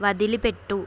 వదిలిపెట్టు